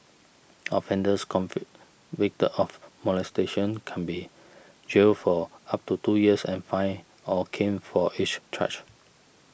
offenders convicted of molestation can be jailed for up to two years and fined or caned for each charge